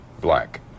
Black